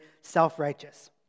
self-righteous